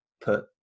put